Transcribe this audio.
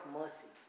mercy